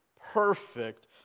perfect